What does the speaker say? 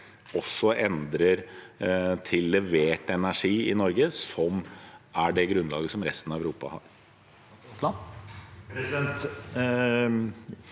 også endrer til levert energi i Norge, som er det grunnlaget som resten av Europa har?